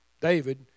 David